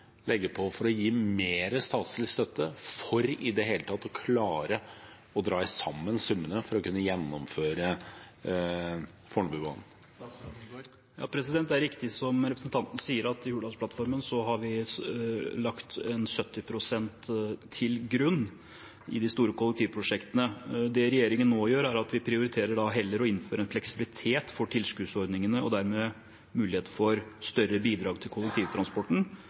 legge på og gi mer statlig støtte, for i det hele tatt å klare å dra sammen summene for å kunne gjennomføre Fornebubanen? Det er riktig som representanten sier, at i Hurdalsplattformen har vi lagt 70 pst. til grunn i de store kollektivprosjektene. Det regjeringen nå gjør, er at vi heller prioriterer å innføre en fleksibilitet for tilskuddsordningene, og dermed mulighet for større bidrag til kollektivtransporten,